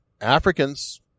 Africans